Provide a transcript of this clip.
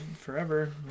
forever